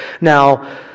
Now